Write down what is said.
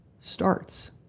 starts